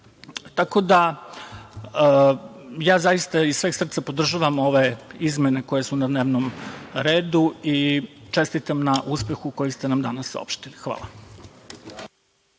prihode. Zaista iz sveg srca podržavam ove izmene koje su na dnevnom redu i čestitam na uspehu koji ste nam danas saopštili. Hvala.